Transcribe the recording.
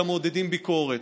אלא מעודדים ביקורת,